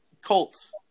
Colts